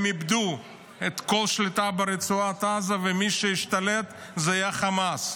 הם איבדו כל שליטה ברצועת עזה ומי שהשתלט היה חמאס.